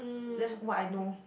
that's what I know